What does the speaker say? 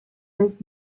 list